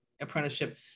apprenticeship